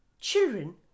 children